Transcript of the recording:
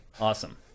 Awesome